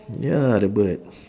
ya the bird